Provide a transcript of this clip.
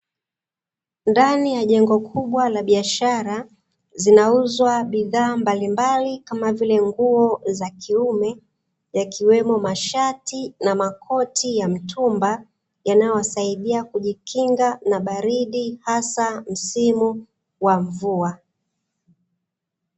Ndani ya jengo kubwa la biashara, zinauzwa bidhaa mbalimbali kama vile nguo za kiume, yakiwemo mashati na makoti ya mtumba, yanayowasaidia kujikinga na baridi hasa msimu wa mvua.